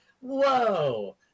whoa